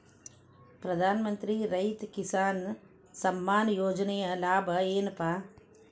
ಪ್ರಧಾನಮಂತ್ರಿ ರೈತ ಕಿಸಾನ್ ಸಮ್ಮಾನ ಯೋಜನೆಯ ಲಾಭ ಏನಪಾ?